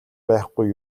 байхгүй